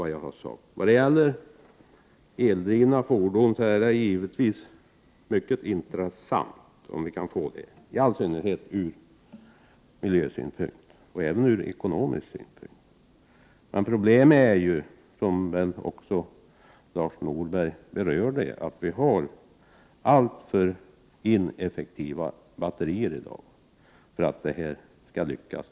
Det vore givetvis mycket intressant om vi kunde få eldrivna motorfordon, i all synnerhet ur miljösynpunkt och även ur ekonomisk synpunkt. Men problemet är, vilket också Lars Norberg berörde i sitt inlägg, att vi har alltför ineffektiva batterier för att det skall lyckas.